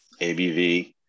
ABV